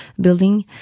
building